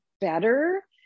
better